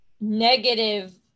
negative